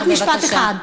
רק משפט אחד.